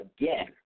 again